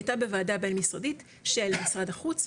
הייתה בוועדה בין משרדית של משרד החוץ,